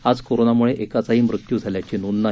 आज कोरोनामुळे एकाचाही मृत्यू झाल्याची नोंद नाही